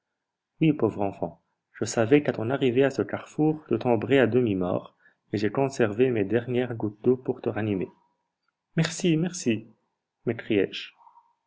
oui pauvre enfant je savais qu'à ton arrivée à ce carrefour tu tomberais à demi mort et j'ai conservé mes dernières gouttes d'eau pour te ranimer merci merci